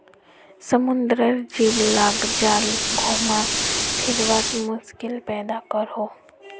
समुद्रेर जीव लाक जाल घुमा फिरवात मुश्किल पैदा करोह